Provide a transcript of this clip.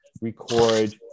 record